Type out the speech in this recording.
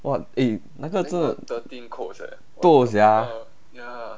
!wah! eh 那个真的 toh sia